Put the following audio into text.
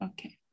Okay